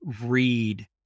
read